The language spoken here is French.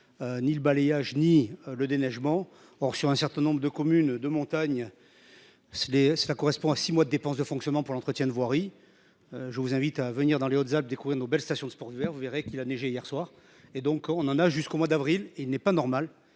de balayage ou de déneigement. Or, dans un certain nombre de communes de montagne, ces dépenses correspondent à six mois de dépenses de fonctionnement pour l’entretien de voirie. Je vous invite à venir dans les Hautes Alpes découvrir nos belles stations de sports d’hiver ! Vous verrez qu’il a neigé hier soir, et nous avons de la neige jusqu’au mois d’avril. Il n’est pas normal